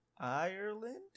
Ireland